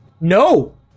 No